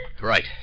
Right